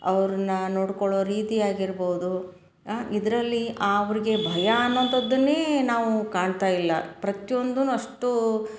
ಅವ್ರನ್ನ ನೋಡ್ಕೊಳ್ಳೋ ರೀತಿ ಆಗಿರ್ಬೋದು ಆಂ ಇದರಲ್ಲಿ ಅವ್ರ್ಗೆ ಭಯ ಅನ್ನೋಂಥದ್ದನ್ನೇ ನಾವು ಕಾಣ್ತಾ ಇಲ್ಲ ಪ್ರತಿಯೊಂದು ಅಷ್ಟು